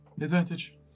Advantage